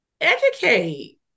educate